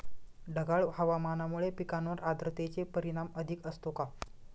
ढगाळ हवामानामुळे पिकांवर आर्द्रतेचे परिणाम अधिक असतो का?